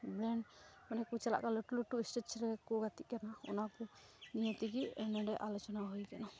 brand ᱢᱟᱱᱮᱠᱚ ᱪᱟᱞᱟᱜ ᱠᱟᱱᱟ ᱞᱟᱹᱴᱩᱼᱞᱟᱹᱴᱩ ᱥᱴᱮᱡᱽᱨᱮᱠᱚ ᱜᱟᱛᱮᱜ ᱠᱟᱱᱟ ᱚᱱᱟᱠᱚ ᱱᱤᱭᱮᱛᱮᱜᱮ ᱱᱚᱰᱮ ᱟᱞᱳᱪᱚᱱᱟ ᱦᱩᱭᱟᱠᱟᱱᱟ